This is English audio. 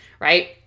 right